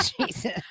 Jesus